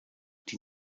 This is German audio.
die